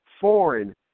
foreign